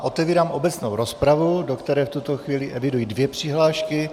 Otevírám obecnou rozpravu, do které v tuto chvíli eviduji dvě přihlášky.